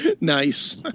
Nice